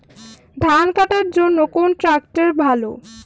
ধান কাটার জন্য কোন ট্রাক্টর ভালো?